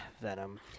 Venom